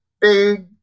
big